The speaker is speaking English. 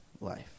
life